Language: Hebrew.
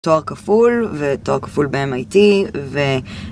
תואר כפול, ותואר כפול ב-MIT, ו...